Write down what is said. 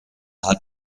hat